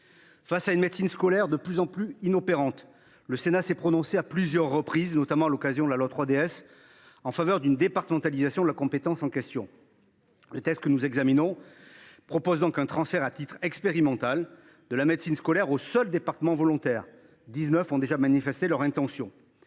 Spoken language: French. Face à une médecine scolaire de plus en plus inopérante, le Sénat s’est prononcé à plusieurs reprises, notamment à l’occasion de l’examen de la loi 3DS, en faveur d’une départementalisation de la compétence en question. Le texte que nous examinons prévoit donc un transfert à titre expérimental de la médecine scolaire aux seuls départements volontaires ; dix neuf ont déjà manifesté leur intention